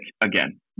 again